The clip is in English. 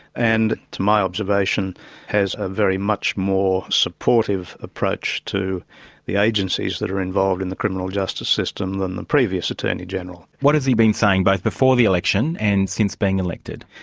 and to my observation has a very much more supportive approach to the agencies that are involved in the criminal justice system than the previous attorney-general. what has he been saying, both before the election and since being elected?